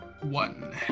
One